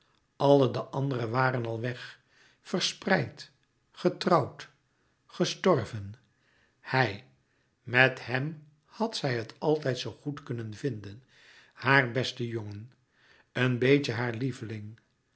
alle de anderen waren al weg verspreid getrouwd gestorven hij met hem had zij het altijd zoo goed kunnen vinden haar beste jongen een beetje haar lieveling